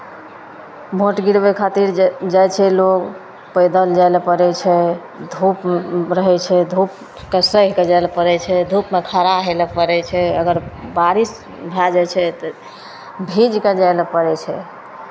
vote गिरबै खातिर जा जाइ छै लोक पैदल जाय लए पड़ै छै धूप रहै छै धूपकेँ सहि कऽ जाय लए पड़ैत छै धूपमे खड़ा होय लए पड़ै छै अगर बारिश भए जाइ छै तऽ भीज कऽ जाय लए पड़ै छै